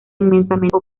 inmensamente